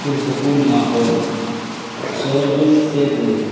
پر سکون ماحول شور و غل سے دور